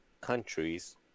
countries